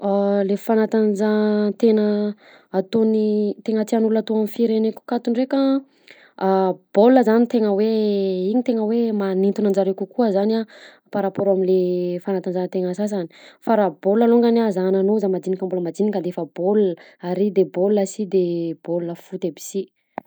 Le fanatanjantegna ataony tena tiàn'ny olona atao amin'ny fireneko akato nndreka a baolina zany no tegna hoe iny tegna hoe magnintona anjareo kokoa zany a par raport amle fanatanjahantegna sasany fa raha baolina longany a zahananao za mandinika mbola mandinika d'efa baolina ary de bôla asy de bola foot aby sy.